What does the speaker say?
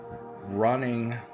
running